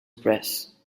press